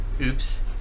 Oops